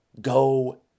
go